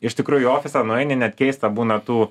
iš tikrųjų į ofisą nueini net keista būna tų